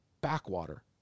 backwater